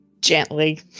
Gently